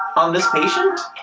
on this patient,